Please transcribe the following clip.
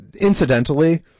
incidentally